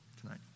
tonight